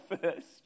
first